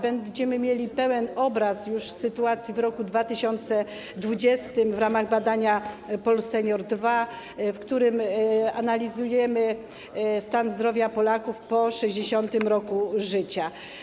Będziemy mieli pełen obraz sytuacji już w roku 2020 w ramach badania PolSenior 2, w którym analizujemy stan zdrowia Polaków po 60. roku życia.